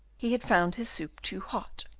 he had found his soup too hot,